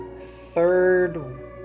third